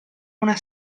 una